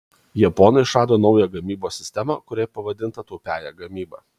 japonai išrado naują gamybos sistemą kuri pavadinta taupiąja gamyba